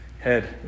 head